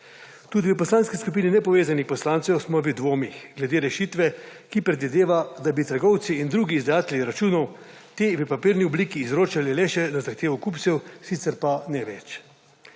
Tudi v Poslanski skupini nepovezanih poslancev smo v dvomih glede rešitve, ki predvideva, da bi trgovci in drugi izdajatelji računov te v papirni obliki izročali le še na zahtevo kupcev, sicer pa ne več.